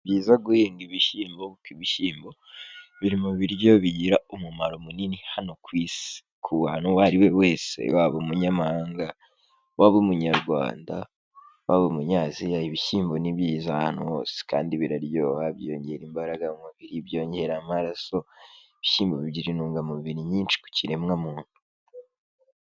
Ni byiza guhinga ibishyimbo kuko ibishyimbo, biri mu biryo bigira umumaro munini hano ku isi. Ku bantu, uwo ari we wese waba umunyamahanga, waba Umunyarwanda, waba umunyaziya, ibishyimbo ni byiza ahantu hose; kandi biraryoha, byongera imbaraga mu mubiri, byongera amaraso, ibishyimbo bigira intungamubiri nyinshi ku kiremwa muntu.